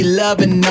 loving